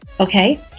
Okay